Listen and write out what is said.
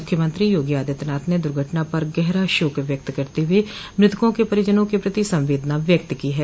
मुख्यमंत्री योगी आदित्यनाथ ने दुर्घटना पर गहरा शोक व्यक्त करते हुए मृतकों के परिजनों के प्रति संवेदना व्यक्त की है